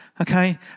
okay